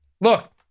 Look